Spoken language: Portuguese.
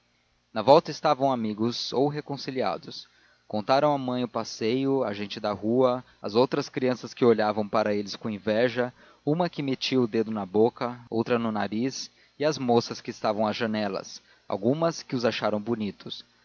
na volta estavam amigos ou reconciliados contaram à mãe o passeio a gente da rua as outras crianças que olhavam para eles com inveja uma que metia o dedo na boca outra no nariz e as moças que estavam às janelas algumas que os acharam bonitos